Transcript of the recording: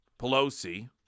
pelosi